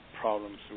problems